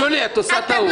שולי, את עושה טעות.